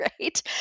right